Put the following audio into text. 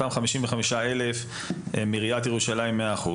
אותם 55 אלף מעיריית ירושלים מתוך ה-100%,